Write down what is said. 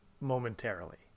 momentarily